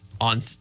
on